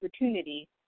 opportunity